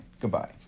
goodbye